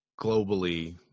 globally